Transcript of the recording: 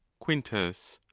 quintus.